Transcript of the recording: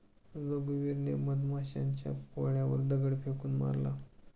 रघुवीरने मधमाशांच्या पोळ्यावर दगड फेकून मारला